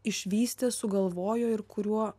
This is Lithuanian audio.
išvystė sugalvojo ir kuriuo